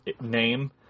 name